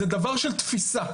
זה דבר של תפיסה,